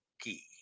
key